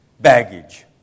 Baggage